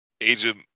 agent